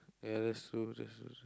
ya that's true that's true